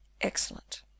Excellent